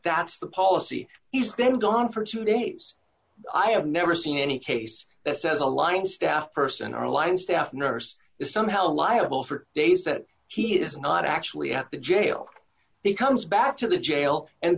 that's the policy he's been gone for two days i have never seen any case that says a line staff person or a line staff nurse is somehow liable for days that he is not actually at the jail he comes back to the jail and